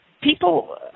people